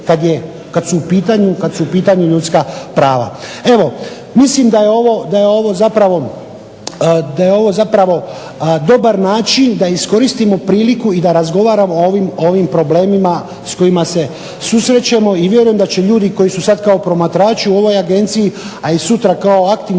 kad su u pitanju ljudska prava. Evo, mislim da je ovo zapravo dobar način da iskoristimo priliku i da razgovaramo o ovim problemima s kojima se susrećemo i vjerujem da će ljudi koji su sad kao promatrači u ovoj Agenciji, a i sutra kao aktivni